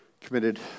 committed